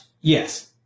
Yes